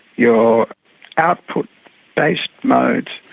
your output based modes,